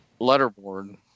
letterboard